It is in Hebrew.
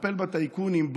לטפל בטייקונים,